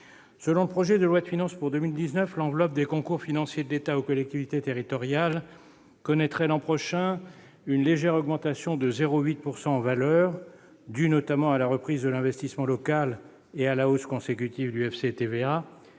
Selon le projet de loi de finances pour 2019, l'enveloppe des concours financiers de l'État aux collectivités territoriales connaîtrait l'an prochain une légère augmentation, de 0,8 % en valeur, due notamment à la reprise de l'investissement local et à la hausse consécutive du Fonds